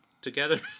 Together